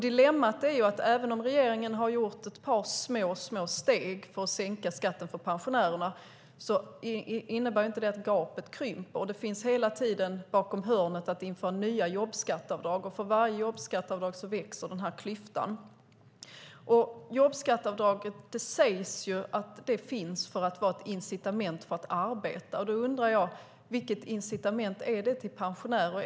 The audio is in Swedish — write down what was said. Dilemmat är att även om regeringen har tagit ett par små steg för att sänka skatten för pensionärerna innebär det inte att gapet krymper. Det finns hela tiden bakom hörnet att införa nya jobbskatteavdrag, och för varje jobbskatteavdrag växer klyftan. Det sägs att jobbskatteavdraget finns för att vara ett incitament för att arbeta. Då undrar jag: Vilket incitament är det till pensionärer?